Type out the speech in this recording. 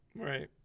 Right